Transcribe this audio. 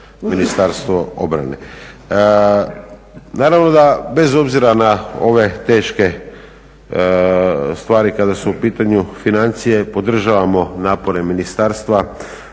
Ministarstvo obrane. Naravno da bez obzira na ove teške stvari kada su u pitanju financije podržavamo napore Ministarstva